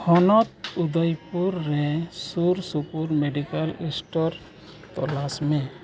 ᱦᱚᱱᱚᱛ ᱩᱫᱚᱭᱯᱩᱨ ᱨᱮ ᱥᱩᱨ ᱥᱩᱯᱩᱨ ᱢᱮᱰᱤᱠᱮᱞ ᱥᱴᱳᱨ ᱛᱚᱞᱟᱥ ᱢᱮ